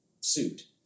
suit